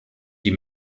die